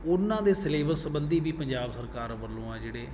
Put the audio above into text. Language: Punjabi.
ਉਹਨਾਂ ਦੇ ਸਿਲੇਬਸ ਸਬੰਧੀ ਵੀ ਪੰਜਾਬ ਸਰਕਾਰ ਵੱਲੋਂ ਆ ਜਿਹੜੇ